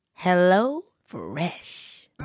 HelloFresh